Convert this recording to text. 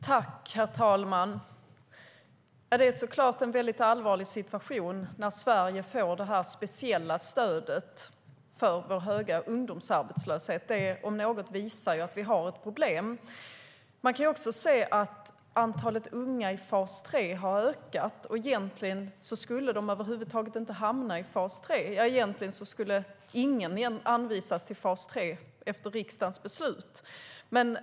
Herr talman! Det är såklart en väldigt allvarlig situation när Sverige får det här speciella stödet på grund av vår höga ungdomsarbetslöshet. Det om något visar att vi har ett problem. Man kan se att antalet unga i fas 3 har ökat, men egentligen skulle de inte hamna där. Egentligen skulle ingen hänvisas till fas 3 efter riksdagens beslut.